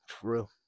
True